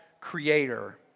creator